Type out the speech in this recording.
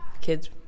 kids